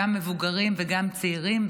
גם מבוגרים וגם צעירים,